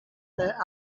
that